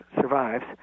survives